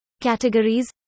categories